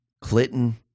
Clinton